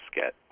get